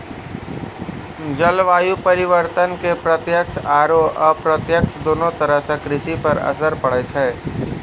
जलवायु परिवर्तन के प्रत्यक्ष आरो अप्रत्यक्ष दोनों तरह सॅ कृषि पर असर पड़ै छै